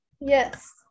Yes